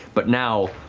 but now